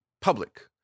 public